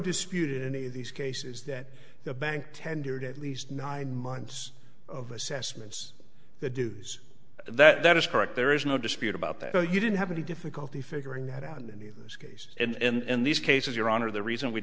disputing any of these cases that the bank tendered at least nine months of assessments the dews that is correct there is no dispute about that so you didn't have any difficulty figuring that out and in this case and in these cases your honor the reason we